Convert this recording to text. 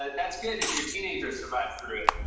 and that's good if your teenagers survived through it.